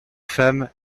femme